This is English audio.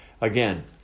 Again